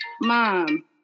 Mom